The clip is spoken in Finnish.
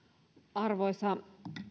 arvoisa